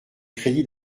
crédits